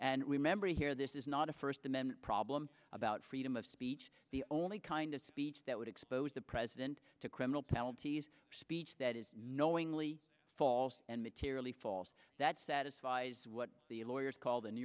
and remember here this is not a first amendment problem about freedom of speech the only kind of speech that would expose the president to criminal penalties speech that is knowingly false and materially false that satisfies what the lawyers call